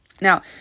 now